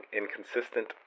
inconsistent